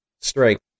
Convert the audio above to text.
strength